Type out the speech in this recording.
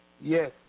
Yes